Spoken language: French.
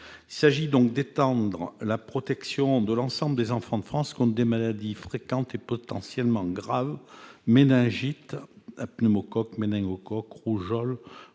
Il s'agit donc d'étendre la protection de l'ensemble des enfants de France contre des maladies fréquentes et potentiellement graves- méningite à pneumocoque ou méningocoque, rougeole,